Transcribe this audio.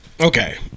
Okay